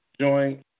joint